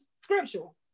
scriptural